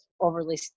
overly